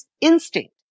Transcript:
instinct